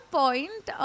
point